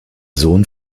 sohn